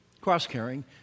Cross-carrying